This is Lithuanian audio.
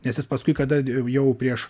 nes jis paskui kada jau prieš